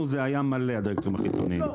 אצלנו זה היה מלא הדירקטורים החיצוניים --- לא.